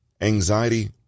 anxiety